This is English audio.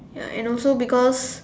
ya and also because